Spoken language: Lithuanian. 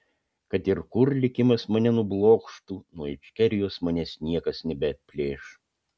kad ir kur likimas mane nublokštų nuo ičkerijos manęs niekas nebeatplėš